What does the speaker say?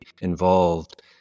involved